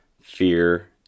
fear